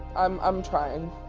um i'm trying.